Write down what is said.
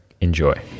Enjoy